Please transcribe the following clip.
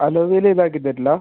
alloy wheel ഇത് ആക്കി തരില്ല